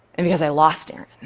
and because i lost aaron.